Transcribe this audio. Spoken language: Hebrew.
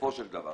בסופו של דבר